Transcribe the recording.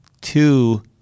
two